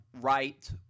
right